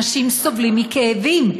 אנשים סובלים מכאבים,